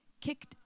kicked